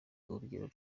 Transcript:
urugero